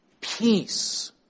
peace